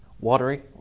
watery